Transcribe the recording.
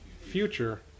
Future